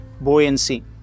buoyancy